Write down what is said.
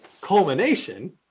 culmination